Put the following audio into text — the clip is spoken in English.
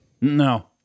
No